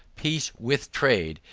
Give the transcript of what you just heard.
peace with trade,